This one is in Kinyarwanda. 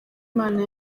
imana